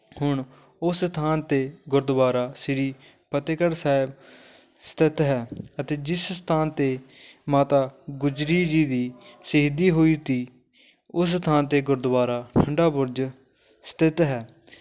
ਹੁਣ ਉਸ ਥਾਂ 'ਤੇ ਗੁਰਦੁਆਰਾ ਸ੍ਰੀ ਫਤਿਹਗੜ੍ਹ ਸਾਹਿਬ ਸਥਿਤ ਹੈ ਅਤੇ ਜਿਸ ਸਥਾਨ 'ਤੇ ਮਾਤਾ ਗੁਜਰੀ ਜੀ ਦੀ ਸ਼ਹੀਦੀ ਹੋਈ ਸੀ ਉਸ ਥਾਂ 'ਤੇ ਗੁਰਦੁਆਰਾ ਠੰਡਾ ਬੁਰਜ ਸਥਿਤ ਹੈ